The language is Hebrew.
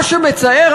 מה שמצער,